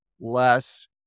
less